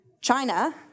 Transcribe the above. China